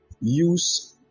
use